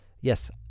Yes